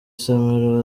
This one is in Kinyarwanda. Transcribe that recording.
somero